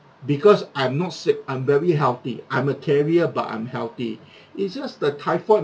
because I'm not sick I'm very healthy I'm a carrier but I'm healthy it's just the typhoid